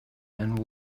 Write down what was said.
and